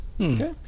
Okay